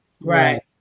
Right